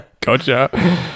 Gotcha